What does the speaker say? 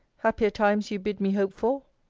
happier times you bid me hope for.